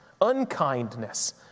unkindness